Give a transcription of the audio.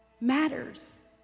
matters